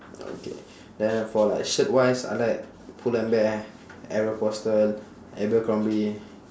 okay then for like shirt-wise I like pull and bear aeropostale abercrombie